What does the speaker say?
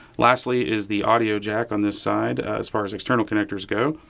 lastly is the audio jack on this side as far as external connectors go.